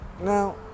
Now